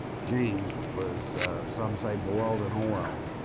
james was some say boiled in oil,